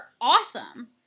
awesome